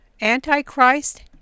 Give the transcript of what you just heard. Antichrist